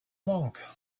monk